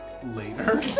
Later